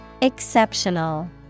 Exceptional